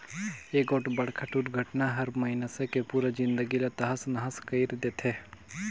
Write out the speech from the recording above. एगोठ बड़खा दुरघटना हर मइनसे के पुरा जिनगी ला तहस नहस कइर देथे